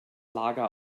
lager